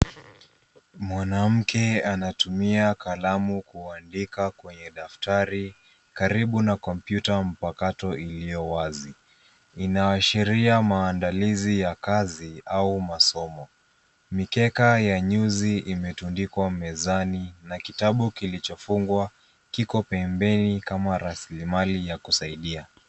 Mwanamke anatumia kalamu kuandika kwenye daftari karibu na kompyuta mpakato iliyo wazi. Inaashiria maandalizi ya kazi au masomo. Mikeka ya nyuzi imetundikwa mezani na kitabu kilichofungwa kiko pembeni kama rasilimali ya kusaidia.